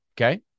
Okay